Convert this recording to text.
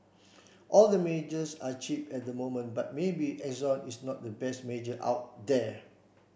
all the majors are cheap at the moment but maybe Exxon is not the best major out there